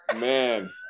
man